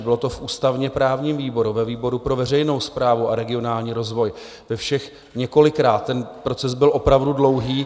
Bylo to v ústavněprávním výboru, ve výboru pro veřejnou správu a regionální rozvoj, ve všech několikrát, ten proces byl opravdu dlouhý.